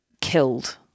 killed